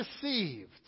deceived